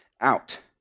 out